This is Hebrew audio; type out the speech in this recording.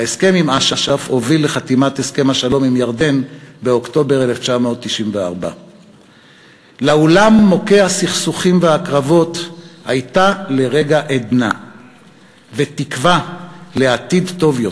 ההסכם עם אש"ף הוביל לחתימת הסכם השלום עם ירדן באוקטובר 1994. לעולם מוכה הסכסוכים והקרבות הייתה לרגע עדנה ותקווה לעתיד טוב יותר.